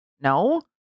no